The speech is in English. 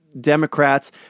Democrats